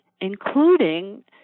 including